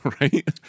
Right